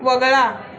वगळा